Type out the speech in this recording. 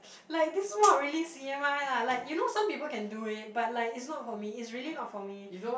like this mod really c_m_i lah like you know some people can do it but like it's not for me it's really not for me